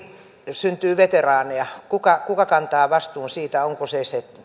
syntyy veteraaneja kuka kuka kantaa vastuun siitä onko se se